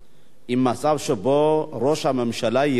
עם מצב שבו ראש הממשלה יראה